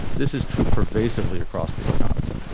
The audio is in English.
this is true pervasively across the economy.